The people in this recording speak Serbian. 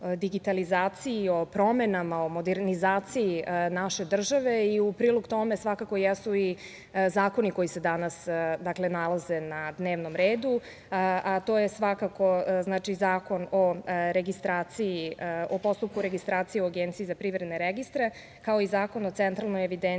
o promenama, o medernizaciji naše države i u prilog tome svakako jesu i zakoni koji se danas nalaze na dnevnom redu, a to je svakako Zakon o postupku registracije u Agenciji za privredne registre, kao i Zakon o centralnoj evidenciji